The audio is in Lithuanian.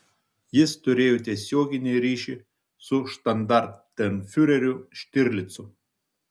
jis turėjo tiesioginį ryšį su štandartenfiureriu štirlicu